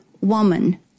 woman